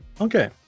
okay